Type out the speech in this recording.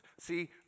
See